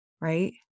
Right